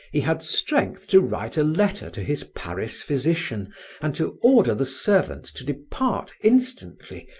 he had strength to write a letter to his paris physician and to order the servant to depart instantly,